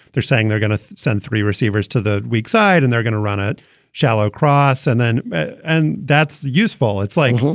they're saying they're gonna send three receivers to the weak side and they're gonna run it shallow cross. and then and that's useful. it's like